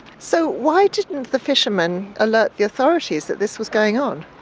so why didn't the fishermen alert the authorities that this was going on?